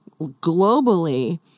globally